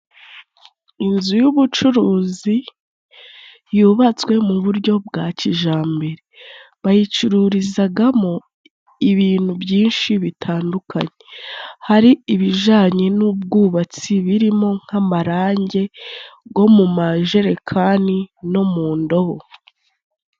Inzu y'ubucuruzi yubatswe mu buryo bwa kijambere. Bayicururizagamo ibintu byinshi bitandukanye, hari ibijanye n'ubwubatsi birimo nk'amarangi, bwo mu majerekani no mu ndobo.